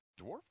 Dwarf